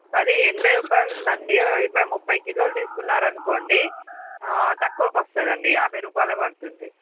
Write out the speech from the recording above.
అది ఎనభై రూపాయలు ఉందండి ఇరవై ముప్పై కిలోలు తీసుకున్నారనుకోండి తక్కువ కొస్తుందండి యాభై రూపాయలే పడుతుంది